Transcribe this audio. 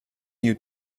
new